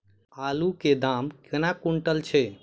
आलु केँ दाम केना कुनटल छैय?